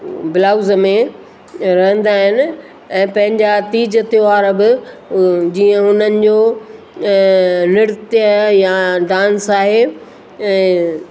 blouse में रहंदा आहिनि ऐं पंहिंजा तीज त्योहार बि जीअं हुननि जो नृत या डांस आहे